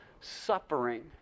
Suffering